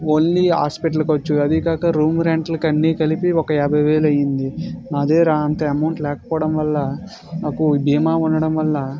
only hospital ఖర్చులు అదీకాక room రెంట్లకి అన్నీ కలిపి ఒక యాభై వేలు అయ్యింది నా దగ్గర అంత అమౌంట్ లేకపోవడం వల్ల మాకు భీమా ఉండడం వల్ల